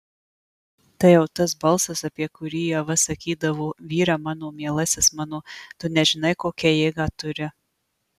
tai jau tas balsas apie kurį ieva sakydavo vyre mano mielasis mano tu nežinai kokią jėgą turi